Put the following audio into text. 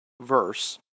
verse